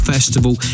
Festival